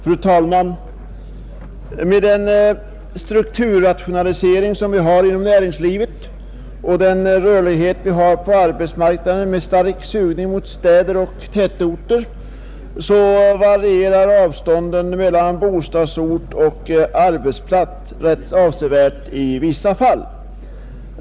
Fru talman! Med nuvarande strukturrationalisering inom näringslivet och med den rörlighet vi har på arbetsmarknaden med starkt sug mot städer och tätorter varierar avstånden mellan bostadsort och arbetsplats i vissa fall ganska avsevärt.